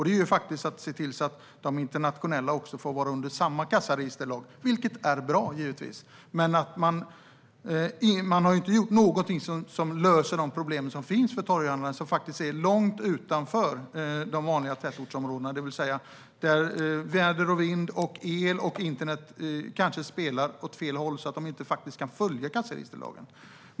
Den förändringen gällde att se till att de internationella handlarna går under samma kassaregisterlag som de svenska, vilket givetvis är bra. Man har dock inte gjort någonting som löser problemen för de torghandlare som finns långt utanför de vanliga tätortsområdena, på platser där väder och vind, el och internet kanske spelar in på ett sätt som gör att de faktiskt inte kan följa kassaregisterlagen.